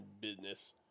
business